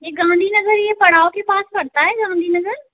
ये गांधीनगर ये पड़ाव के पास पड़ता है गांधीनगर